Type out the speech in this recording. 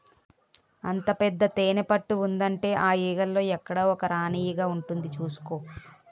అంత పెద్ద తేనెపట్టు ఉందంటే ఆ ఈగల్లో ఎక్కడో ఒక రాణీ ఈగ ఉంటుంది చూసుకో